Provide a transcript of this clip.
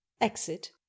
Exit